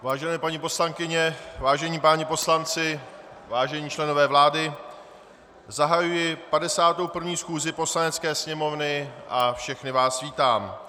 Vážené paní poslankyně, vážení páni poslanci, vážení členové vlády, zahajuji 51. schůzi Poslanecké sněmovny a všechny vás vítám.